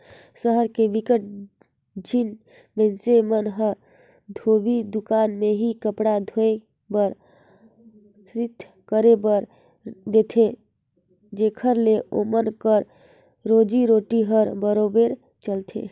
सहर के बिकट झिन मइनसे मन ह धोबी दुकान में ही कपड़ा धोए बर, अस्तरी करे बर देथे जेखर ले ओमन कर रोजी रोटी हर बरोबेर चलथे